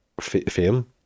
fame